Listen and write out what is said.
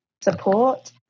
support